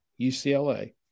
UCLA